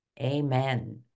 amen